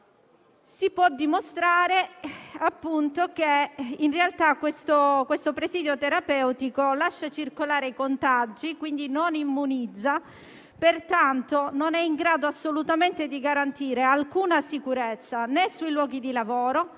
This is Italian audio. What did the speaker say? Si può dimostrare in realtà che questo presidio terapeutico lascia circolare i contagi e, quindi, non immunizza. Pertanto, non è in grado assolutamente di garantire alcuna sicurezza, né sui luoghi di lavoro,